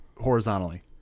horizontally